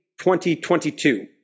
2022